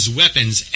weapons